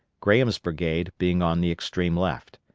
graham's brigade being on the extreme left.